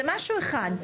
זה משהו אחד.